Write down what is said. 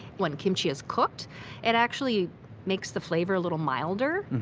when kimchi is cooked it actually makes the flavor a little milder,